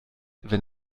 wenn